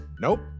Nope